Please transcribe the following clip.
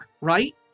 right